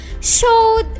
showed